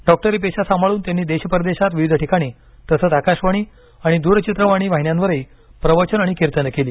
डॉक्टरी पेशा सांभाळून त्यांनी देश परदेशात विविध ठिकाणी तसंच आकाशवाणी आणि दूरचित्रवाणी वाहिन्यांवरही प्रवचन आणि कीर्तनं केली